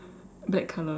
black colour